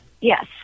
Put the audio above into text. Yes